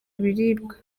ibiribwa